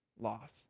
loss